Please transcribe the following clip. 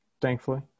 Thankfully